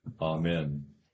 Amen